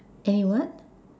any what